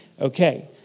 Okay